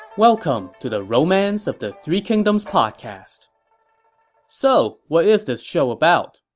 welcome to the romance of the three kingdoms podcast so, what is this show about?